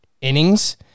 innings